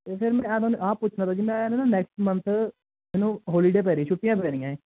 ਅਤੇ ਸਰ ਮੈਂ ਤੁਹਾਨੂੰ ਆਹ ਪੁੱਛਣਾ ਤਾ ਜੀ ਮੈਨੂੰ ਨਾ ਨੈਕਸਟ ਮੰਨਥ ਮੈਨੂੰ ਹੋਲੀਡੇਅ ਪੈ ਰਹੀ ਛੁੱਟੀਆਂ ਪੈਣੀਆਂ ਏ